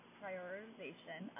prioritization